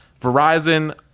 Verizon